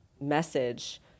message